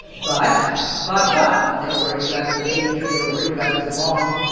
but but what? but they're worried about his age, or they're worried about his long,